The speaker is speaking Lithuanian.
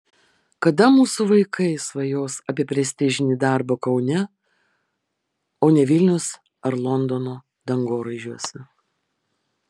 kada mūsų vaikai svajos apie prestižinį darbą kaune o ne vilniaus ar londono dangoraižiuose